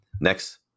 next